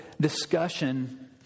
discussion